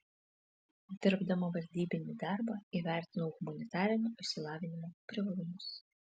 dirbdama vadybinį darbą įvertinau humanitarinio išsilavinimo privalumus